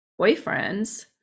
boyfriends